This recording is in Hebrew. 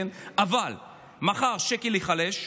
אבל מחר השקל ייחלש.